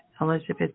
Elizabeth